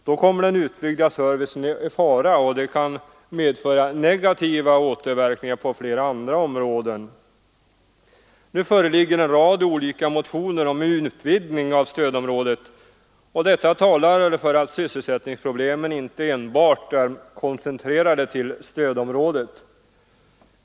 Då kommer den utbyggda servicen i fara, och det kan medföra negativa återverkningar på flera andra områden. Nu föreligger en rad motioner om en utvidgning av stödområdet. Detta talar för att sysselsättningsproblemen inte enbart är koncentrerade till stödområdet.